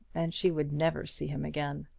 and she would never see him again.